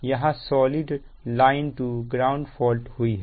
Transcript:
यहां solid line to ground fault हुई है